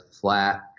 flat